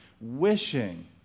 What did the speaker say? wishing